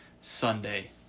Sunday